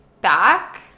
back